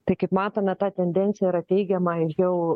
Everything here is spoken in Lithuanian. tai kaip matome ta tendencija yra teigiama jau